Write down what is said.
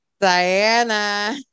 Diana